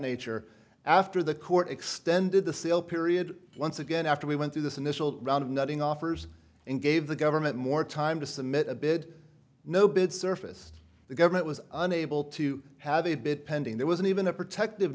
nature after the court extended the sale period once again after we went through this initial round nutting offers and gave the government more time to submit a bid no bid surface the government was unable to have a bit pending there wasn't even a protective